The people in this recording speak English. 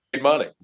money